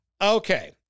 Okay